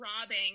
robbing